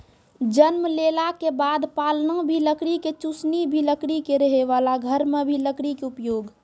जन्म लेला के बाद पालना भी लकड़ी के, चुसनी भी लकड़ी के, रहै वाला घर मॅ भी लकड़ी के उपयोग